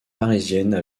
parisiennes